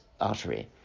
artery